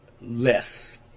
less